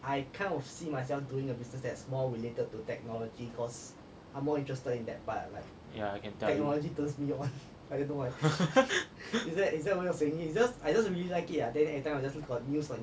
yeah I can tell